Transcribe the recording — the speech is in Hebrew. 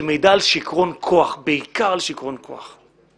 שמעידה על שכרון כוח, בעיקר על שכרון כוח.